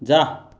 जा